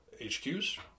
HQs